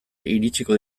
iritsiko